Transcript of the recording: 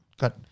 got